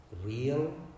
real